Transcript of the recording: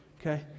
okay